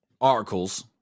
articles